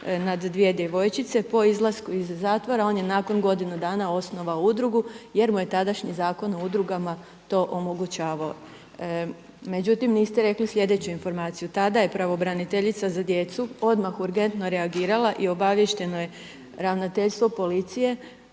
nad dvije djevojčice. Po izlasku iz zatvora on je nakon godinu dana osnovao udrugu jer mu je tadašnji Zakon o udrugama to omogućavao. Međutim niste rekli sljedeću informaciju, tada je pravobraniteljica za djecu odmah urgentno reagirala i obavješteno je ravnateljstvo policije,